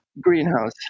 greenhouse